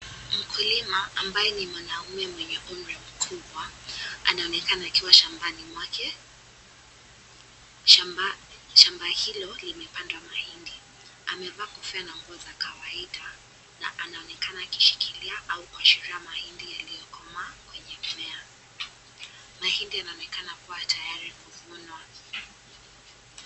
Mkulima ambaye ni mwanaume mwenye umri mkubwa anaonekana akiwa shmbani mwake, shamba hilo limepandwa mahindi, amevaa kofia na nguo za kawaida na anaonekana akishikilia au kuashiria mahindi yaliyokomaa kwenye mmea. Mahindi yanaonekana kuwa tayari kuvunwa.